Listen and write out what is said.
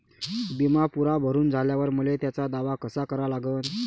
बिमा पुरा भरून झाल्यावर मले त्याचा दावा कसा करा लागन?